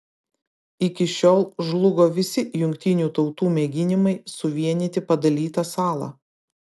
iki šiol žlugo visi jungtinių tautų mėginimai suvienyti padalytą salą